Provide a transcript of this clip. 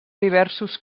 diversos